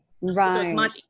right